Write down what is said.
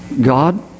God